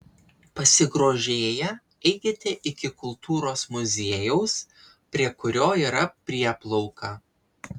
pasigrožėję eikite iki kultūros muziejaus prie kurio yra prieplauka